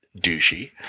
douchey